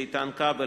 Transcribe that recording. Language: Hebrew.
איתן כבל,